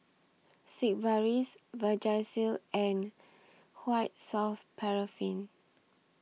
Sigvaris Vagisil and White Soft Paraffin